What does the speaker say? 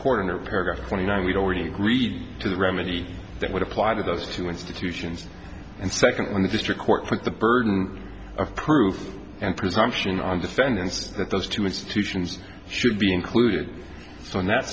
are paragraphs twenty nine we've already agreed to the remedy that would apply to those two institutions and secondly when the district court put the burden of proof and presumption on defendants that those two institutions should be included so in that